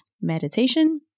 meditation